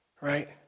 Right